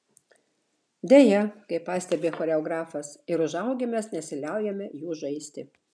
deja kaip pastebi choreografas ir užaugę mes nesiliaujame jų žaisti